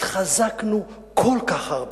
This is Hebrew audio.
התחזקנו כל כך הרבה.